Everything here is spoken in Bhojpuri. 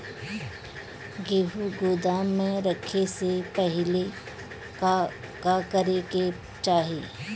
गेहु गोदाम मे रखे से पहिले का का करे के चाही?